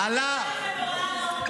עמד פה --- ודיבר זוועה.